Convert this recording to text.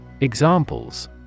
Examples